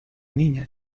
niña